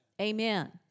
Amen